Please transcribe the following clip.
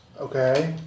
Okay